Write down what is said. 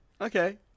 Okay